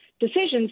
decisions